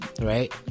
Right